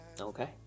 Okay